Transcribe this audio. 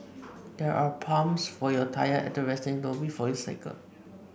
there are pumps for your tyre at the resting zone before you cycle